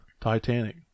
Titanic